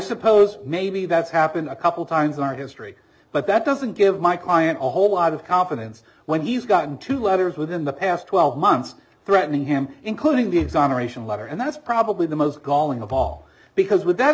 suppose maybe that's happened a couple times in our history but that doesn't give my client a whole lot of confidence when he has gotten two letters within the past twelve months threatening him including the exoneration letter and that's probably the most galling of all because with that